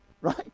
Right